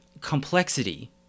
complexity